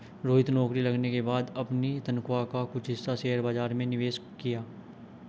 रोहित नौकरी लगने के बाद अपनी तनख्वाह का कुछ हिस्सा शेयर बाजार में निवेश किया